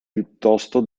piuttosto